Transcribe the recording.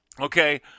Okay